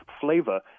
flavor